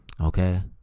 Okay